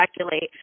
speculate